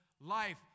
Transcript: life